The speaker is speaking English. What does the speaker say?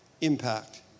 Impact